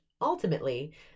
Ultimately